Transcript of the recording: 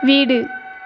வீடு